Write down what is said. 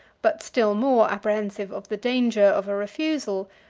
but still more apprehensive of the danger of a refusal,